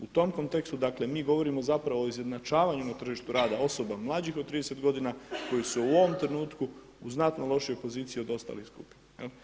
U tom kontekstu dakle mi govorimo zapravo o izjednačavanju na tržištu rada osoba mlađih od 30 godina koje su u ovom trenutku u znatno lošijoj poziciji od ostalih skupina.